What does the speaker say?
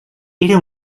era